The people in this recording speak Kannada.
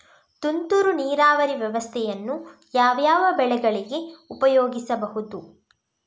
ತುಂತುರು ನೀರಾವರಿ ವ್ಯವಸ್ಥೆಯನ್ನು ಯಾವ್ಯಾವ ಬೆಳೆಗಳಿಗೆ ಉಪಯೋಗಿಸಬಹುದು?